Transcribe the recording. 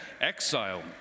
exile